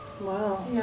Wow